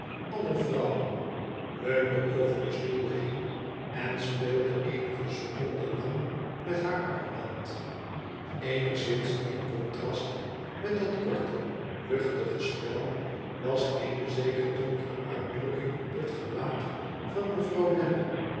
aller vrouwen leunde over den stoel heen en speelde eenige seconden lang met haar armband ëenigszins in contrast met dat korte luchtige spel was eene zekere donkere uitdrukking op het gelaat van mevrouw